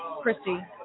Christy